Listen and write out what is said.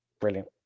brilliant